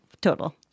total